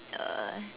uh